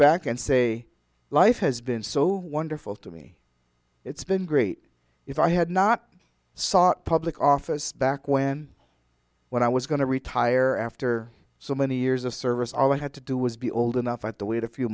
back and say life has been so wonderful to me it's been great if i had not sought public office back when when i was going to retire after so many years of service all i had to do was be old enough at the wait a few